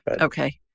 Okay